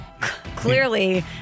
clearly